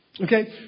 Okay